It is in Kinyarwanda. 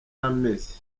ameze